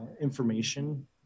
information